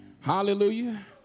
hallelujah